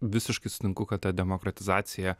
visiškai sutinku kad ta demokratizacija